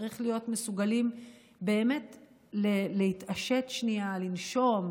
צריך להיות מסוגלים באמת להתעשת שנייה, לנשום,